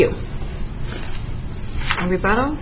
you and we found